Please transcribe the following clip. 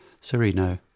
Sereno